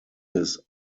his